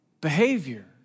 behavior